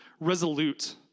resolute